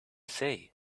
say